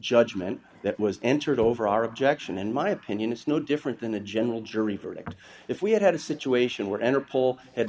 judgement that was entered over our objection and my opinion is no different than a general jury verdict if we had had a situation where enter poll had